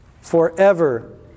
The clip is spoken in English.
Forever